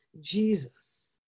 Jesus